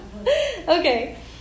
Okay